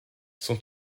son